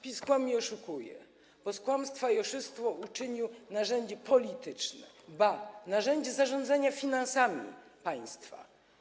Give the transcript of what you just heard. PiS kłamie i oszukuje, bo z kłamstwa i oszustwa uczynił narzędzie polityczne, ba, narzędzie zarządzania finansami państwa.